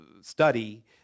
study